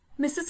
Mrs